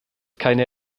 keine